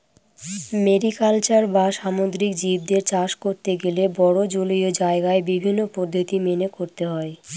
mariculture বা সামুদ্রিক জীবদের চাষ করতে গেলে বড়ো জলীয় জায়গায় বিভিন্ন পদ্ধতি মেনে করতে হয়